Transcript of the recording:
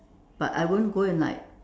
but I won't go and like